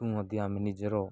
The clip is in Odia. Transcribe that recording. ମଧ୍ୟ ଆମେ ନିଜର